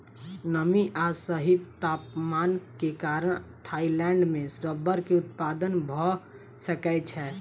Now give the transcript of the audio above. नमी आ सही तापमान के कारण थाईलैंड में रबड़ के उत्पादन भअ सकै छै